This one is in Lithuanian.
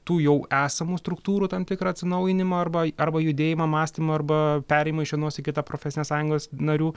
tų jau esamų struktūrų tam tikrą atsinaujinimą arba arba judėjimą mąstymą arba perėjimą iš vienos į kitą profesinės sąjungos narių